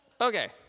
Okay